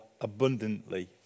abundantly